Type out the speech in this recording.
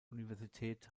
universität